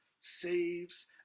saves